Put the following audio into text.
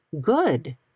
good